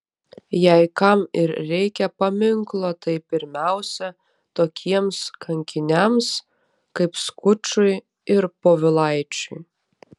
jei kam ir reikia paminklo tai pirmiausia tokiems kankiniams kaip skučui ir povilaičiui